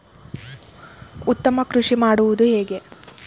ಉತ್ತಮ ಕೃಷಿ ಮಾಡುವುದು ಹೇಗೆ?